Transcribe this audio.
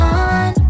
on